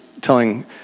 telling